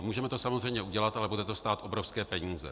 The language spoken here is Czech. Můžeme to samozřejmě udělat, ale bude to stát obrovské peníze.